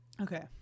Okay